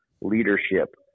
leadership